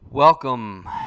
Welcome